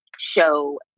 Show